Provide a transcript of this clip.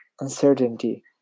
Uncertainty